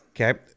Okay